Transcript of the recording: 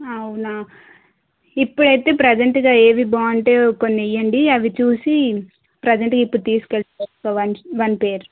అవునా ఇప్పుడైతే ప్రజెంట్గా ఏవి బాగుంటాయో కొన్ని ఇవ్వండి అవి చూసి ప్రజెంట్గా ఇప్పడు తీసుకుని వెళ్ళిపోతా వన్ వన్ పెయిర్